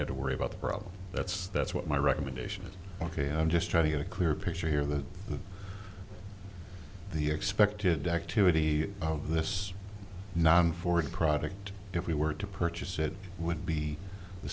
have to worry about the problem that's that's what my recommendation ok i'm just trying to get a clear picture here that the expected activity of this non ford product if we were to purchase it would be the